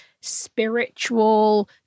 spiritual